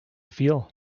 feel